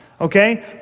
okay